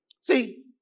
See